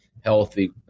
healthy